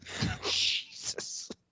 Jesus